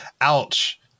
ouch